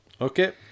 Okay